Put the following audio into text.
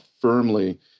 firmly